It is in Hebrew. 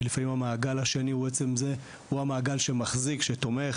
שלפעמים המעגל השני הוא בעצם המעגל שמחזיק ושתומך.